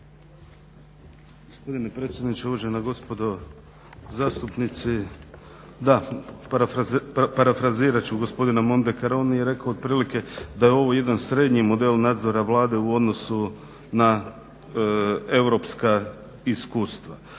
Gospodine predsjedniče, uvažena gospodo zastupnici. Da, parafrazirat ću gospodina Mondekara, on je rekao otprilike da je ovo jedan srednji model nadzora Vlade u odnosu na europska iskustva.